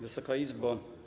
Wysoka Izbo!